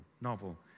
novel